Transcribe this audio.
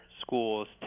schools